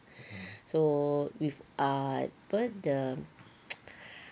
so with ah apa the